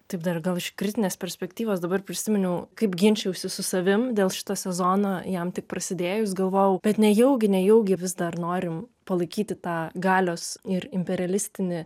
taip dar gal iš kritinės perspektyvos dabar prisiminiau kaip ginčijausi su savim dėl šito sezono jam tik prasidėjus galvojau bet nejaugi nejaugi vis dar norim palaikyti tą galios ir imperialistinį